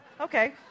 Okay